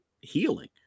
healing